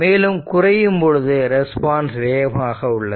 மேலும் குறையும் பொழுது ரெஸ்பான்ஸ் வேகமாக உள்ளது